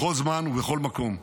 בכל זמן ובכל מקום.